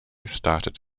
started